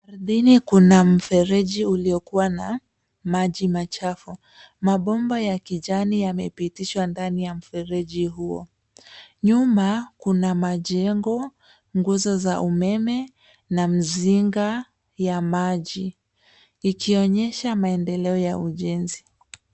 Ardhini Kuna mfereji uliokuwa na maji machafu. Mabomba ya kijani yamepitishwa ndani ya mfereji huo. Nyuma, kuna majengo, nguzo za umeme na mzinga ya maji ikionyesha maendeleo ya ujenzi.